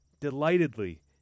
delightedly